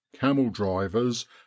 camel-drivers